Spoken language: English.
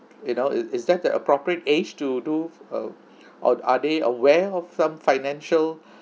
you know is is that the appropriate age to do uh or are they aware of some financial